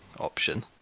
option